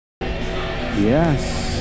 Yes